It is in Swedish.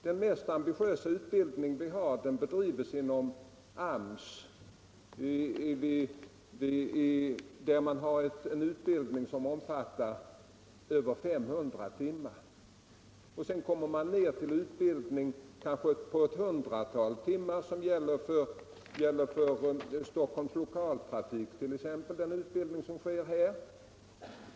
Den mest ambitiösa utbildningen bedrivs inom AMS, där den omfattar över 500 timmar. Sedan kommer man ner till utbildning på kanske ett hundratal timmar, vilket gäller för t.ex. Storstockholms Lokaltrafik.